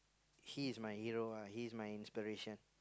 he's my hero ah he's my inspiration